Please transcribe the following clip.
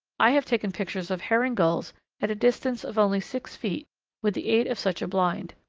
i have taken pictures of herring gulls at a distance of only six feet with the aid of such a blind.